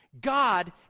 God